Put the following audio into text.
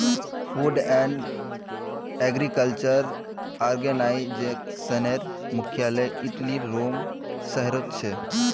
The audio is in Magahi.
फ़ूड एंड एग्रीकल्चर आर्गेनाईजेशनेर मुख्यालय इटलीर रोम शहरोत छे